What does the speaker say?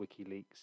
WikiLeaks